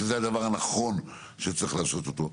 שזה הדבר הנכון שצריך לעשות אותו.